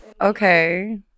Okay